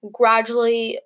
gradually